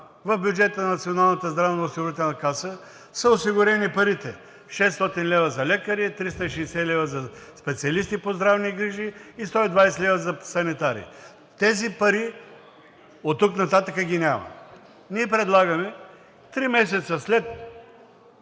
в бюджета на Националната здравноосигурителна каса са осигурени парите – 600 лв. за лекари, 360 лв. за специалисти по здравни грижи и 120 лв. за санитари. Тези пари оттук нататък ги няма. Ние предлагаме три месеца след